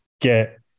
get